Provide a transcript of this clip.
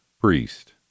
Priest